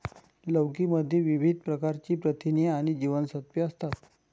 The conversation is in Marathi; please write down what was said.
लौकी मध्ये विविध प्रकारची प्रथिने आणि जीवनसत्त्वे असतात